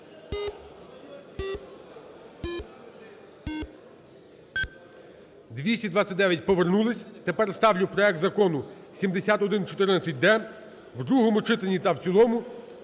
За-229 Повернулися. Тепер ставлю проект Закону 7114-д в другому читанні та в цілому